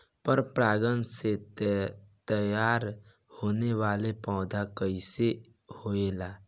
पर परागण से तेयार होने वले पौधे कइसे होएल?